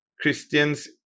Christians